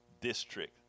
district